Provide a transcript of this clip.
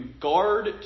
guard